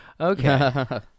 Okay